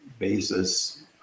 basis